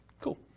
Cool